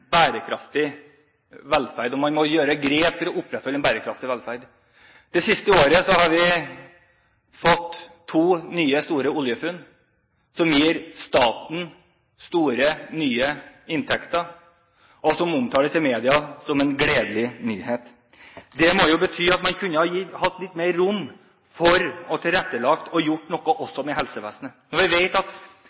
bærekraftig velferd, og man må gjøre grep for å opprettholde en bærekraftig velferd. Det siste året har vi hatt to nye store oljefunn som gir staten store, nye inntekter, og som omtales i media som en gledelig nyhet. Det må jo bety at man kunne hatt litt mer rom for å tilrettelegge og gjøre noe også med helsevesenet. Vi vet i dag at